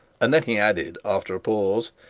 and then he added, after a pause,